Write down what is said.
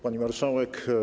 Pani Marszałek!